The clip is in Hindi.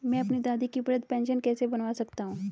मैं अपनी दादी की वृद्ध पेंशन कैसे बनवा सकता हूँ?